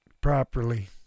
properly